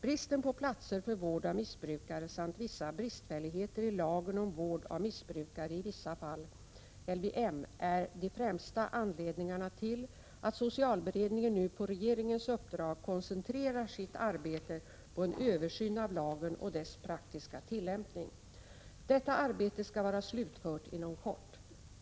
Bristen på platser för vård av missbrukare samt vissa bristfälligheter i lagen om vård av missbrukare i vissa fall är de främsta anledningarna till att socialberedningen nu på regeringens uppdrag koncentrerar sitt arbete på en översyn av lagen och dess praktiska tillämpning. Detta arbete skall vara slutfört inom kort.